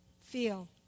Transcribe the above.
feel